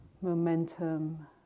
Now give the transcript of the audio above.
momentum